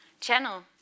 channel